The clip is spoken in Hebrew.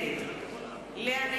משולם נהרי, נגד אורית נוקד, נגד לאה נס,